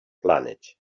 planet